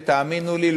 ותאמינו לי,